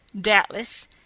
Doubtless